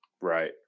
Right